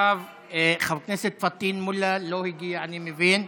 חבר הכנסת פטין מולא, לא הגיע, אני מבין.